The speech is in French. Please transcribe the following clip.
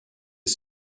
est